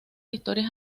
historias